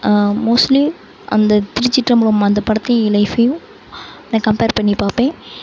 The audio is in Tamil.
மோஸ்ட்லி அந்த திருச்சிற்றம்பலம் அந்த படத்தையும் ஏன் லைஃப்பையும் நான் கம்பேர் பண்ணிப்பார்ப்பேன்